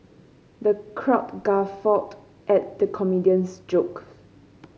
the crowd guffawed at the comedian's joke